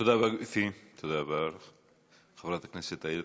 תודה רבה, גברתי.